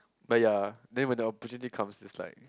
but yea then when the opportunity comes is like